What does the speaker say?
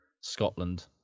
Scotland